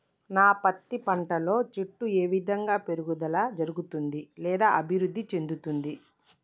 నా పత్తి పంట లో చెట్టు ఏ విధంగా పెరుగుదల జరుగుతుంది లేదా అభివృద్ధి చెందుతుంది?